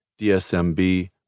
DSMB